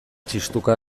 txistuka